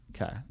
okay